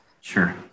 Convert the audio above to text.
Sure